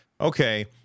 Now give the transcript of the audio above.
okay